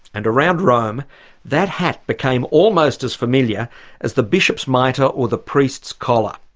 and around rome that hat became almost as familiar as the bishop's mitre or the priest's collar.